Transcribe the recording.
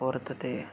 वर्तते